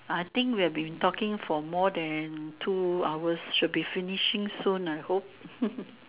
I think we have been talking for more than two hours should be finishing soon I hope